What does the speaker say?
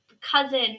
cousin